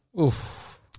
Oof